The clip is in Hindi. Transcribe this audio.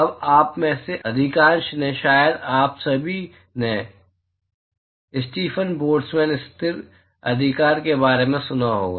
अब आप में से अधिकांश ने शायद आप सभी ने स्टीफ़न बोल्ट्ज़मैन स्थिर अधिकार के बारे में सुना होगा